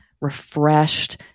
refreshed